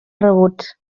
rebuts